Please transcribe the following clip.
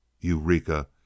Eureka